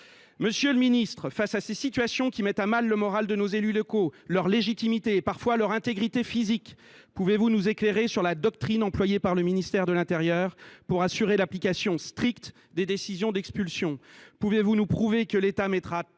crayon du magistrat… Face à ces situations qui mettent à mal le moral de nos élus locaux, leur légitimité et parfois leur intégrité physique, pouvez vous nous éclairer sur la doctrine employée par le ministère de l’intérieur pour assurer l’application stricte des décisions d’expulsion ?